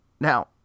Now